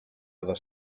other